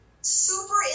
super